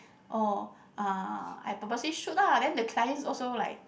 oh I purposely shoot lah then the clients also like